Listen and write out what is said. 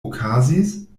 okazis